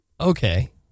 Okay